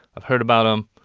i've heard about them.